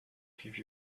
give